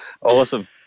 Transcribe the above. awesome